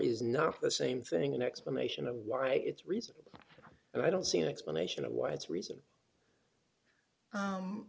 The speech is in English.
is not the same thing an explanation of why it's reasonable and i don't see an explanation of why it's reason